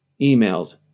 emails